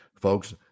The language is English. folks